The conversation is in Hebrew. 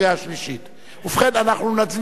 ובכן, אנחנו נצביע בקריאה שלישית,